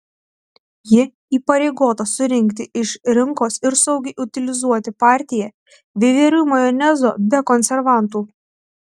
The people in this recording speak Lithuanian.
ji įpareigota surinkti iš rinkos ir saugiai utilizuoti partiją veiverių majonezo be konservantų